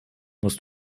musst